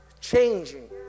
changing